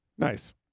Nice